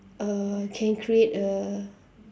uh can create a